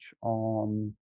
on